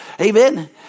Amen